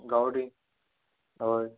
गांवठी हय